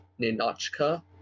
Ninotchka